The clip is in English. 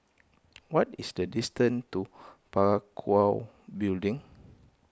what is the distance to Parakou Building